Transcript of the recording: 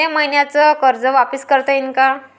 मले मईन्याचं कर्ज वापिस करता येईन का?